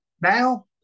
now